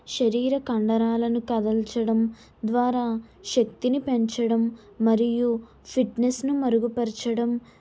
శరీర కండరాలను కదల్చడం ద్వారా శక్తిని పెంచడం మరియు ఫిట్నెస్ ను మెరుగుపరచడం